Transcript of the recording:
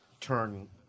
turn